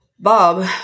Bob